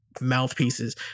mouthpieces